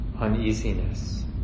uneasiness